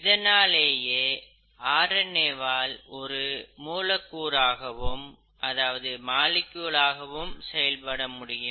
இதனாலேயே R N A வால் ஒரு மூலக்கூறாகவும் செயல்பட முடியும்